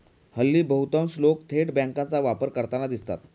हल्ली बहुतांश लोक थेट बँकांचा वापर करताना दिसतात